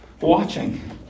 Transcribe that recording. watching